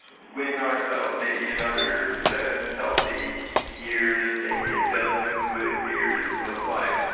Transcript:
win ourselves maybe another seven healthy years, maybe a dozen good years of life.